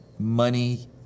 Money